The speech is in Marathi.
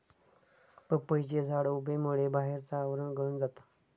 पपईचे झाड उबेमुळे बाहेरचा आवरण गळून जाता